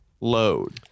load